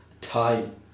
time